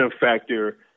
factor